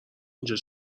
اینجا